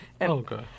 Okay